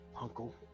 uncle